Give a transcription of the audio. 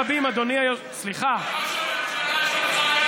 כי היו ציטוטים רבים,